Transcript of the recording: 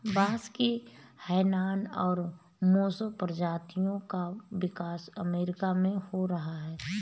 बांस की हैनान और मोसो प्रजातियों का विकास अमेरिका में हो रहा है